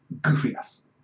goofiness